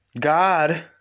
God